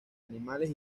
animales